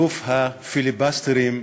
אלוף הפיליבסטרים,